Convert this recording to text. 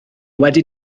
wedi